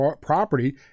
property